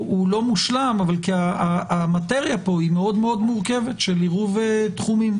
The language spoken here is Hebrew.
הוא לא מושלם אבל המטריה פה מאוד מורכבת של עירוב תחומים.